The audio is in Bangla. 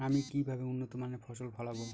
আমি কিভাবে উন্নত মানের ফসল ফলাবো?